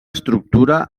estructura